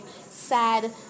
sad